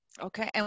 Okay